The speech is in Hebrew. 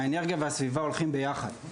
האנרגיה והסביבה הולכים יחד,